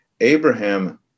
Abraham